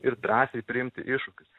ir drąsiai priimti iššūkius